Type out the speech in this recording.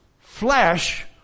flesh